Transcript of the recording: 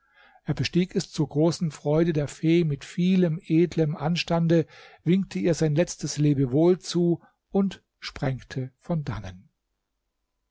er bestieg es zur großen freude der fee mit vielem edlem anstande winkte ihr sein letztes lebewohl zu und sprengte von dannen